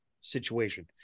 situation